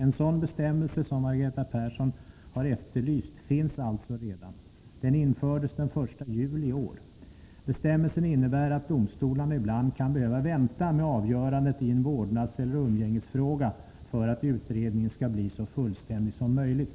En sådan bestämmelse som Margareta Persson har efterlyst finns alltså redan. Den infördes den 1 juli i år. Bestämmelsen innebär att domstolarna ibland kan behöva vänta med avgörandet i en vårdnadseller umgängesfråga för att utredningen skall bli så fullständig som möjligt.